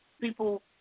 People